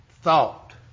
thought